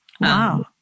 Wow